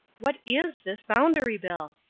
what is this boundary bill?